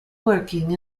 working